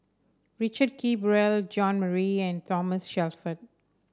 Richard Kee Beurel Jean Marie and Thomas Shelford